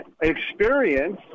experience